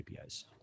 APIs